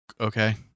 Okay